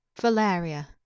Valeria